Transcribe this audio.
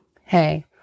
hey